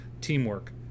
Teamwork